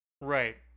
Right